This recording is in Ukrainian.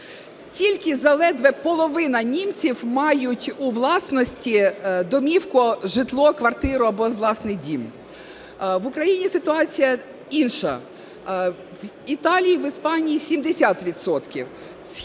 Тільки за ледве половина німців мають у власності домівку, житло, квартиру або власний дім, в Україні ситуація інша. В Італії, в Іспанії –